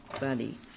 buddy